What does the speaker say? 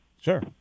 Sure